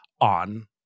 on